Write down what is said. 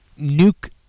nuke